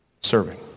serving